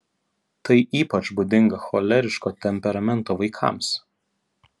tai ypač būdinga choleriško temperamento vaikams